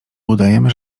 udajemy